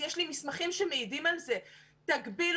יש לי מסמכים שמעידים על זה: תגבילו